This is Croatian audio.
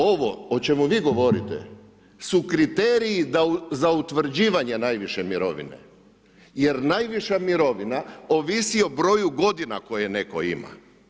Ovo o čemu vi govorite su kriteriji da za utvrđivanje najviše mirovine jer najviša mirovina ovisi o broju godina koje netko ima.